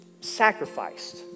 sacrificed